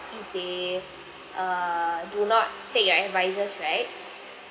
if they err do not take your advises right